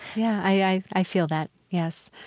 yeah, i i feel that, yes.